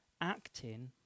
acting